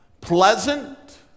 pleasant